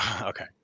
Okay